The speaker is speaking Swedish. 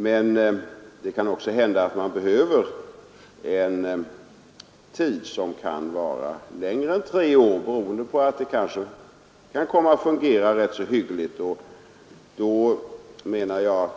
Men det kan också hända att man behöver en längre tid än tre år, beroende på att systemet kan komma att fungera rätt hyggligt, och då, menar jag,